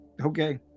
Okay